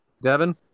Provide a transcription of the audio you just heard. Devin